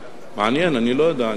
מעניין, אני לא יודע.